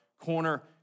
corner